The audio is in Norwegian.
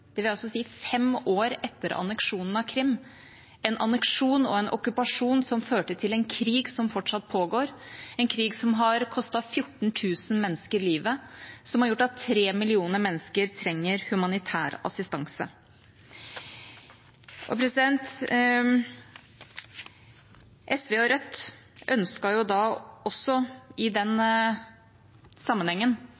det vil altså si fem år etter anneksjonen av Krim – en anneksjon og en okkupasjon som førte til en krig som fortsatt pågår, en krig som har kostet 14 000 mennesker livet, og som har gjort at 3 millioner mennesker trenger humanitær assistanse. SV og Rødt